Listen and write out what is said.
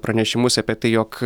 pranešimus apie tai jog